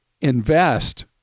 invest